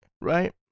right